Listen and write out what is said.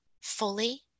fully